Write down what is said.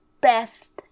best